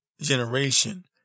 generation